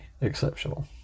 exceptional